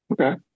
Okay